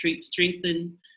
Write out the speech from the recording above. strengthen